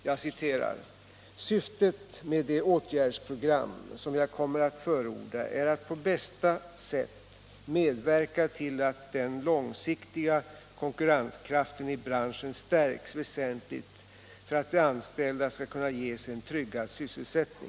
Jag citerar: ”Syftet med det åtgärdsprogram som jag kommer att förorda är att på bästa sätt medverka till att den långsiktiga konkurrenskraften i branschen stärks vä sentligt för att de anställda skall kunna ges en tryggad sysselsättning.